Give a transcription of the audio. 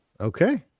Okay